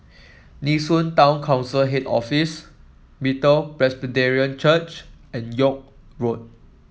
Nee Soon Town Council Head Office Bethel Presbyterian Church and York Road